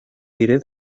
diré